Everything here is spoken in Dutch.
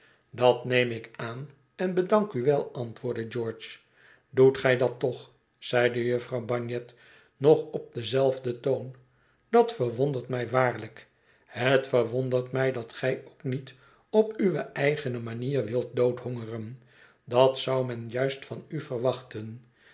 dat neem ik aan en bedank u wel antwoordde george doet gij dat toch zeide jufvrouw bagnet nog op henzelfden toon dat verwondert mij waarlijk het verwondert mij dat gij ook niet op uwe eigene manier wilt doodhongeren dat zou men juist van u verwachten